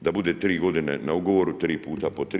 da bude tri godine na ugovoru, tri puta po tri.